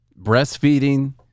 breastfeeding